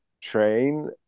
train